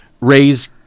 raise